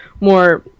more